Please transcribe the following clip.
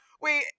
Wait